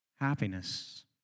happiness